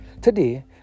Today